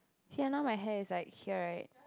see ah now my hair is like here right